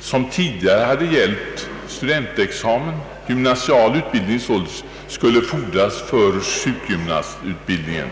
såsom tidigare hade gällt, studentexamen skulle fordras för sjukgymnastutbildning.